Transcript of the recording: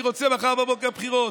אני רוצה מחר בבוקר בחירות?